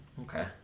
Okay